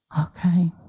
Okay